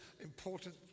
important